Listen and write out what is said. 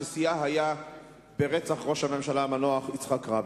ששיאה היה ברצח ראש הממשלה המנוח יצחק רבין.